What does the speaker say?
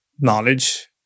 knowledge